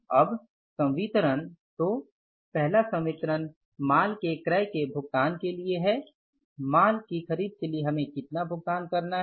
अब संवितरण तो पहला संवितरण माल के क्रय के भुगतान के लिए ह माल की खरीद के लिए हमें कितना भुगतान करना है